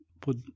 put